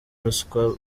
ruswa